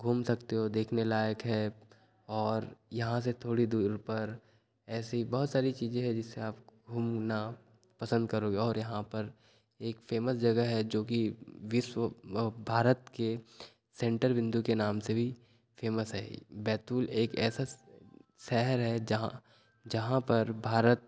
घूम सकते हो देखने लायक है और यहाँ से थोड़ी दूर पर ऐसी बहुत सारी चीजें हैं जिसे आप घूमना पसंद करोगे और यहाँ पर एक फेमस जगह है जो कि विश्व भारत के सेंटर बिंदु के नाम से भी फेमस है बैतूल एक ऐसा शहर है जहाँ जहाँ पर भारत